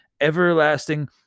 everlasting